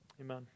Amen